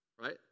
Right